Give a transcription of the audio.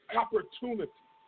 opportunity